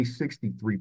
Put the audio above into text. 63%